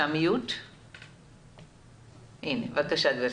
מעמותת נגישות ישראל, בבקשה.